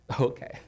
Okay